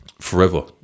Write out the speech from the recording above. forever